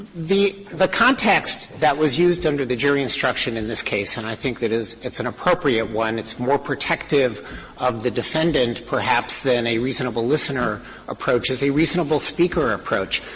the the context that was used under the jury instruction in this case, and i think it is it's an appropriate one, it's more protective of the defendant perhaps than a reasonable listener approach, is a reasonable speaker approach.